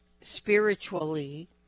spiritually